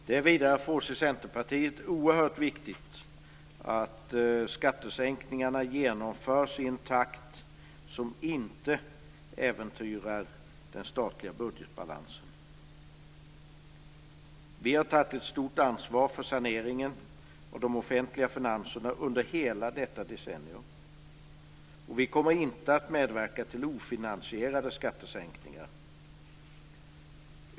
Det är vidare för oss i Centerpartiet oerhört viktigt att skattesänkningarna genomförs i en takt som inte äventyrar den statliga budgetbalansen. Vi har tagit ett stort ansvar för saneringen och de offentliga finanserna under hela detta decennium. Och vi kommer inte att medverka till ofinansierade skattesänkningar.